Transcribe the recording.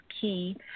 key